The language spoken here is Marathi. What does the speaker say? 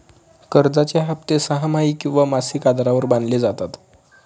कर्जाचे हप्ते सहामाही किंवा मासिक आधारावर बांधले जातात